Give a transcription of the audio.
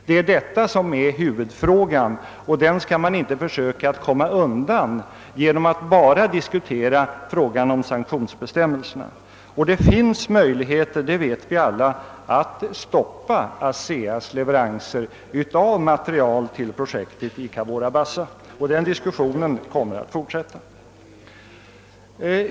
Man kan inte komma undan denna huvudfråga genom att bara diskutera frågan om sanktionsbestämmelserna. Vi vet alla att det finns möjligheter att stoppa ASEA:s leveranser av material till projektet i Cabora Bassa. Diskussionen kommer att fortsätta.